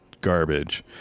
garbage